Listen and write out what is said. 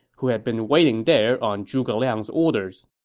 who had been waiting there on zhuge liang's orders